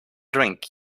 drink